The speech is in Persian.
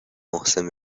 محسن